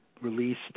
released